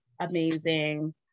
amazing